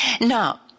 Now